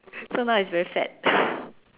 so now it's very fat